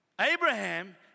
Abraham